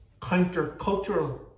counter-cultural